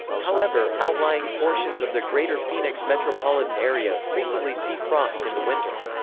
however, outlying portions of the greater phoenix metropolitan area frequently see frost in the winter.